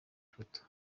foto